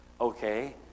okay